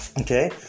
Okay